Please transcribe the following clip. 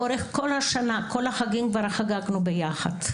לאורך כל השנה חגגנו יחד את כל החגים.